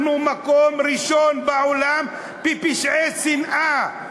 אנחנו מקום ראשון בעולם בפשעי שנאה.